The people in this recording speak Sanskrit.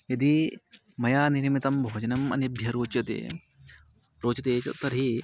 यदि मया निर्मितं भोजनं अन्येभ्यः रोचते रोचते एतत् तर्हि